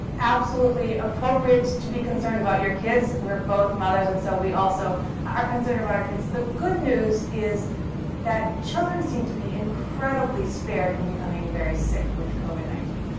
absolutely appropriate to be concerned about your kids. we're both mothers, and so we also are concerned about our kids. the good news is that children seem to be incredibly spared from becoming very sick with covid nineteen.